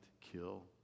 kill